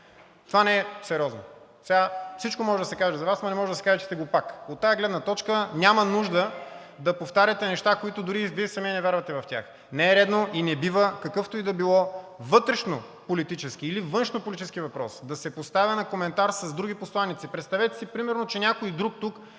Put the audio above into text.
Това не е сериозно! Всичко може да се каже за Вас, но не може да се каже, че сте глупак. От тази гледна точка няма нужда да повтаряте неща, в които дори самият Вие не вярвате. Не е редно и не бива какъвто и да било вътрешнополитически и външнополитически въпрос да се поставя на коментар с други посланици. Представете си, че някой друг тук